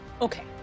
okay